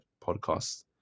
podcasts